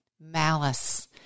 malice